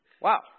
Wow